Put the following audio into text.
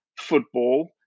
football